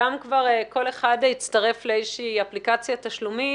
אחד הצטרף לאיזושהי אפליקציית תשלומים,